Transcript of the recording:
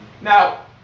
Now